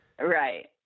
right